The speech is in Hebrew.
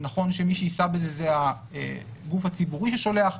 נכון שמי שיישא בזה זה הגוף הציבורי ששולח,